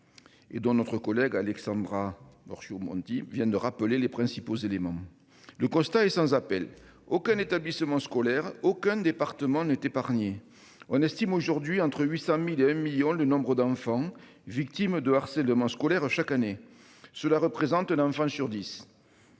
Et dans notre collègue Alexandra suis au monde. Il vient de rappeler les principaux éléments. Le constat est sans appel, aucun établissement scolaire aucun département n'est épargné. On estime aujourd'hui entre 800.000 et un million le nombre d'enfants victimes de harcèlement scolaire chaque année. Cela représente un enfant sur 10.